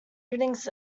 evenings